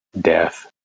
death